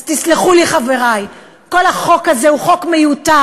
אז תסלחו לי, חברי, כל החוק הזה הוא חוק מיותר.